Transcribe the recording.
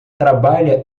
trabalha